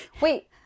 Wait